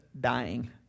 dying